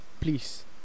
Please